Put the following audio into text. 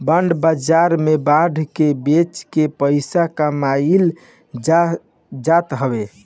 bond बाजार में bond के बेच के पईसा कमाईल जात हवे